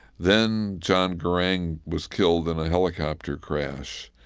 then john garang was killed in a helicopter crash,